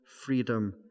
freedom